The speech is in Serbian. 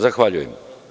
Zahvaljujem.